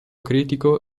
critico